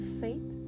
faith